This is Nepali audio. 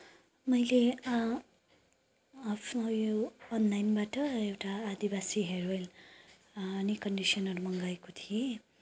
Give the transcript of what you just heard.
मैले अफ्नो यो अनलाइनबाट एउटा आदिवासी हेयर अयल अनि कन्डिसनर मँगाएको थिएँ